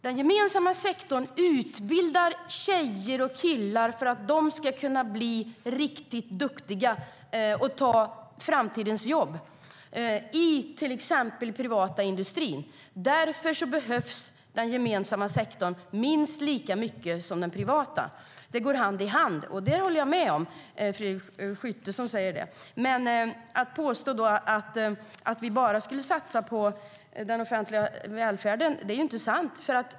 Den gemensamma sektorn utbildar tjejer och killar för att de ska kunna bli riktigt duktiga och ta framtidens jobb i till exempel den privata industrin. Därför behövs den gemensamma sektorn minst lika mycket som den privata. Det går hand i hand. Det säger Fredrik Schulte, och där håller jag med honom. Men det är inte sant när man påstår att vi bara skulle satsa på den offentliga välfärden.